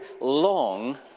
long